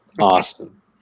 awesome